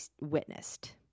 witnessed